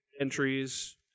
entries